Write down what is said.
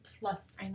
plus